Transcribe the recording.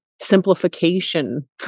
simplification